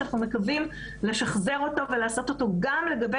שאנחנו מקווים לשחזר אותו ולעשות אותו גם לגבי